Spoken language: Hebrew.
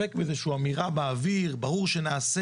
להסתפק באיזו שהיא אמירה באוויר כמו ברור שנעשה